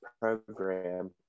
program